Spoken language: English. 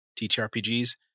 TTRPGs